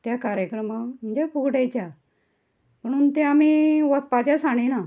त्या कार्यक्रमांक म्हणजे फुगडेच्या पुणून तें आमी वचपाचें साणिना